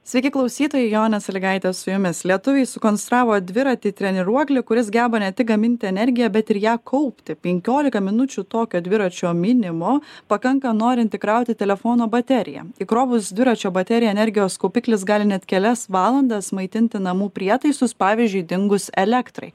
sveiki klausytojai jonė saligaitė su jumis lietuviai sukonstravo dviratį treniruoklį kuris geba ne tik gaminti energiją bet ir ją kaupti penkiolika minučių tokio dviračio mynimo pakanka norint įkrauti telefono bateriją įkrovus dviračio bateriją energijos kaupiklis gali net kelias valandas maitinti namų prietaisus pavyzdžiui dingus elektrai